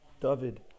David